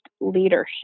leadership